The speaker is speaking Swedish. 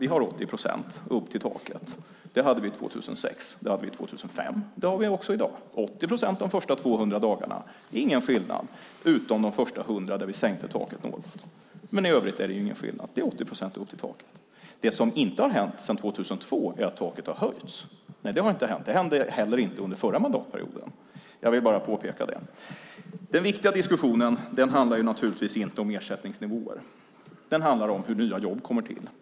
Vi har 80 procents ersättning upp till taket. Det hade vi 2006. Det hade vi 2005, och det har vi också i dag. 80 procent de första 200 dagarna. Det är ingen skillnad - utom de första 100 dagarna där vi sänkte taket något. I övrigt är det ingen skillnad. Det är 80 procent upp till taket. Det som inte har hänt sedan 2002 är att taket har höjts. Det har inte hänt. Det hände heller inte under förra mandatperioden. Jag vill bara påpeka det. Den viktiga diskussionen handlar naturligtvis inte om ersättningsnivåer. Den handlar om hur nya jobb kommer till.